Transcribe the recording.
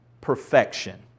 Perfection